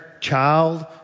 child